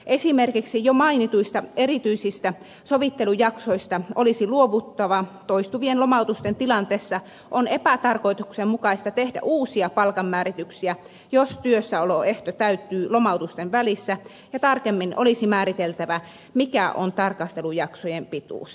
esimerkiksi jo mainituista erityisistä sovittelujaksoista olisi luovuttava toistuvien lomautusten tilanteessa on epätarkoituksenmukaista tehdä uusia palkanmäärityksiä jos työssäoloehto täyttyy lomautusten välissä ja tarkemmin olisi määriteltävä mikä on tarkastelujakson pituus